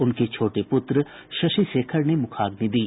उनके छोटे पुत्र शशि शेखर ने मुखाग्नि दी